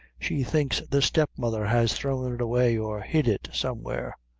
she thinks the step-mother has thrown it away or hid it somewhere.